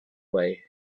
way